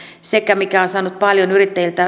sekä mikä on saanut yrittäjiltä